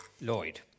Lloyd